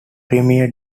premier